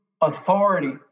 authority